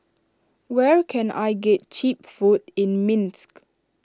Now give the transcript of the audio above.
where can I get Cheap Food in Minsk